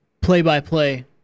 play-by-play